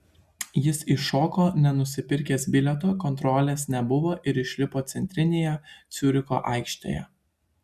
jis įšoko nenusipirkęs bilieto kontrolės nebuvo ir išlipo centrinėje ciuricho aikštėje